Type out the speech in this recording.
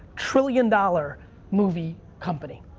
trillion dollar movie company,